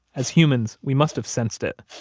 as humans, we must have sensed it.